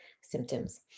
symptoms